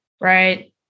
right